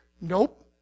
Nope